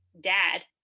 Dad